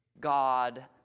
God